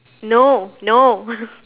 no no